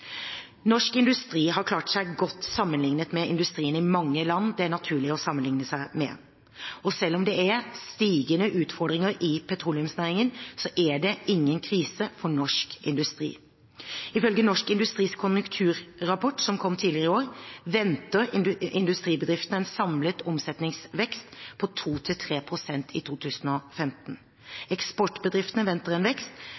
Norsk industri har klart seg godt sammenlignet med industrien i mange land det er naturlig å sammenligne seg med, og selv om det er stigende utfordringer i petroleumsnæringen, så er det ingen krise for norsk industri. Ifølge Norsk Industris konjunkturrapport, som kom tidligere i år, venter industribedriftene en samlet omsetningsvekst på 2–3 pst. i 2015. Eksportbedriftene venter en vekst,